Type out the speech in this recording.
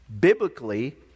biblically